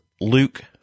luke